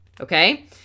Okay